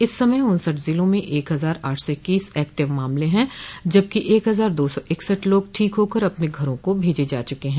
इस समय उन्सठ जिलों में एक हजार आठ सौ इक्कीस एक्टिव मामले हैं जबकि एक हजार दो सौ इकसठ लोग ठीक होकर अपने घरों को भेजे जा चुके हैं